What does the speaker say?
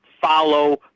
follow